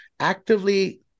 actively